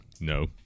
No